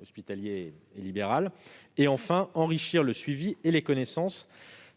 hospitalier et libéral -, et enrichir le suivi et les connaissances